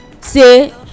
say